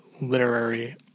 literary